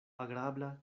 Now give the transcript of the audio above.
agrabla